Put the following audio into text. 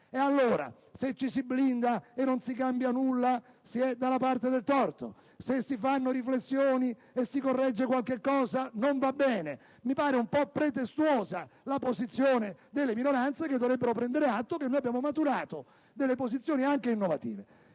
Dunque, se ci si blinda e non si cambia nulla si è dalla parte del torto; se si fanno riflessioni e si corregge qualcosa, non va bene: mi pare un po' pretestuosa la posizione delle minoranze, che dovrebbero prendere atto del fatto che abbiamo maturato delle posizioni innovative,